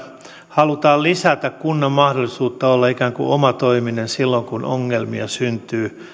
halutaan lisätä kunnan mahdollisuutta olla ikään kuin omatoiminen silloin kun ongelmia syntyy